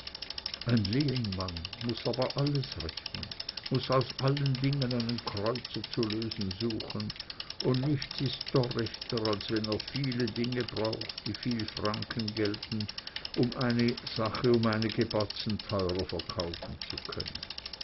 ein lehenmann muß aber alles rechnen muß aus allen dingen einen kreuzer zu lösen suchen und nichts ist torrechter als wenn er viele dinge braucht die viel franken gelten um eine sache um einige batzen teurer verkaufen zu können